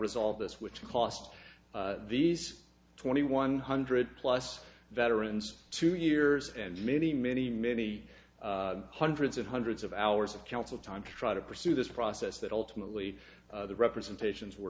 resolve this which cost these twenty one hundred plus veterans two years and many many many hundreds and hundreds of hours of counsel time try to pursue this process that ultimately the representations were